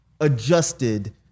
adjusted